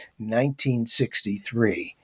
1963